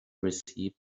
receive